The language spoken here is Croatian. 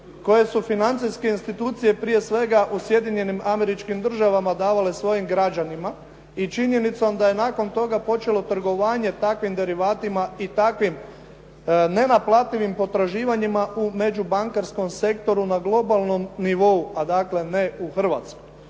koje su financijske institucije, prije svega u Sjedinjenim Američkim Državama davale svojim građanima i činjenicom da je nakon toga počelo trgovanje takvim derivatima i takvim nenaplativim potraživanjima u međubankarskom sektoru na globalnom nivou, a dakle ne u Hrvatskoj.